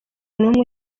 n’umwe